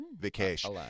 Vacation